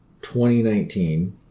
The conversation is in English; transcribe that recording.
2019